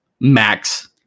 max